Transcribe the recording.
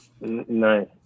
Nice